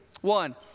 One—